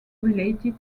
related